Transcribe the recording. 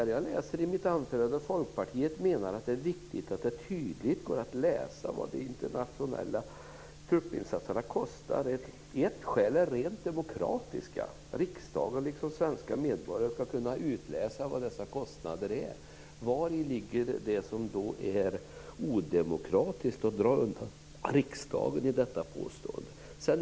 Jag läser i mitt anförande att Folkpartiet menar att det är viktigt att det tydligt går att läsa vad de internationella truppinsatserna kostar. Ett skäl till det är rent demokratiskt. Riksdagen liksom svenska medborgare ska kunna utläsa vad dessa kostnader är. Vari ligger det odemokratiska som drar undan riksdagen i detta påstående?